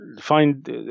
find